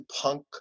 punk